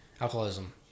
Alcoholism